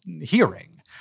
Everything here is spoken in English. hearing